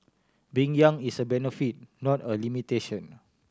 being young is a benefit not a limitation